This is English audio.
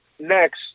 next